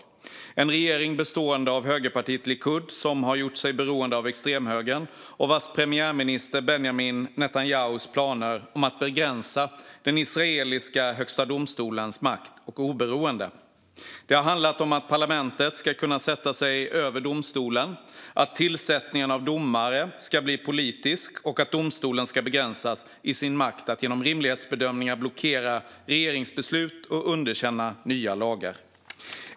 Det är en regering bestående av högerpartiet Likud, som har gjort sig beroende av extremhögern och vars premiärminister Benjamin Netanyahu planerar att begränsa den israeliska högsta domstolens makt och oberoende. Det har handlat om att parlamentet ska kunna sätta sig över domstolen, att tillsättningen av domare ska bli politisk och att domstolen ska begränsas i sin makt att genom rimlighetsbedömningar blockera regeringsbeslut och underkänna nya lagar.